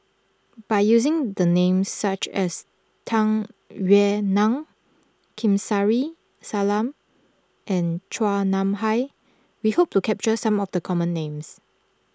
by using the names such as Tung Yue Nang Kamsari Salam and Chua Nam Hai we hope to capture some of the common names